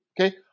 okay